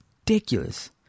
Ridiculous